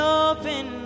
open